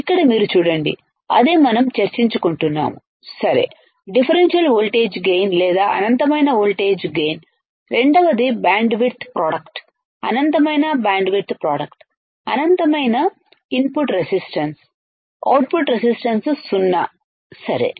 ఇక్కడ మీరు చూడండి అదే మనం చర్చించుకుంటున్నాము సరే డిఫరెన్షియల్ వోల్టేజ్ గైన్ లేదా అనంతమైన వోల్టేజ్ గైన్ రెండవది బ్యాండ్విడ్త్ ప్రోడక్ట్ అనంతమైన బ్యాండ్విడ్త్ ప్రోడక్ట్ అనంతమైన ఇన్పుట్ రెసిస్టన్స్ అవుట్పుట్ రెసిస్టన్స్ సున్నా సరే